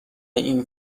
این